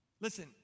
Listen